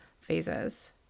phases